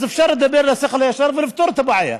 אז אפשר לדבר לשכל הישר ולפתור את הבעיה.